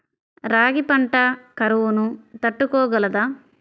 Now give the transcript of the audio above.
రాగి పంట కరువును తట్టుకోగలదా?